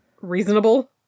reasonable